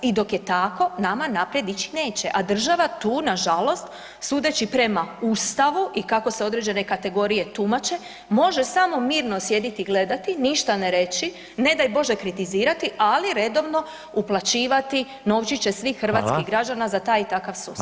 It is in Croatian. I dok je tako nama naprijed ići neće, a država tu nažalost sudeći prema Ustavu i kako se određene kategorije tumače može samo mirno sjediti i gledati ništa ne reći, ne daj Bože kritizirati ali redovno uplaćivati novčiće svih hrvatskih građana za taj i takav sustav.